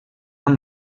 amb